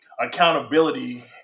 accountability